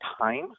time